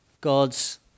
God's